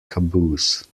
caboose